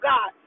God